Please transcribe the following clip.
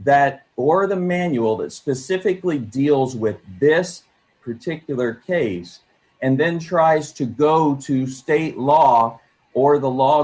that or the manual that specifically deals with this particular case and then tries to go to state law or the law